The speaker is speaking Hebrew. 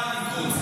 אה, הליכוד.